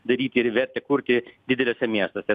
daryti ir vertę kurti dideliuose miestuose